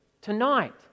tonight